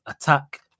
attack